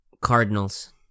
Cardinals